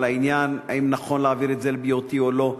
העניין אם נכון להעביר את זה ל-BOT או לא.